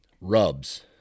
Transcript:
Rubs